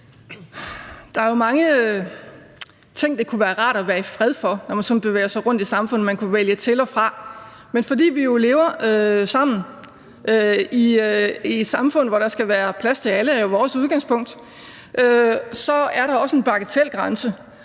Der er jo mange ting, det kunne være rart at være i fred for, når man sådan bevæger sig rundt i samfundet – altså man kunne vælge til og fra – men fordi vi jo lever sammen i et samfund, hvor der skal være plads til alle, som jo er vores udgangspunkt, så er der også en bagatelgrænse.